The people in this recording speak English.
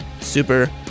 super